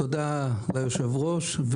תודה ליושב הראש,